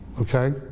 Okay